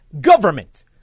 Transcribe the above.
government